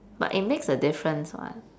but it makes a difference what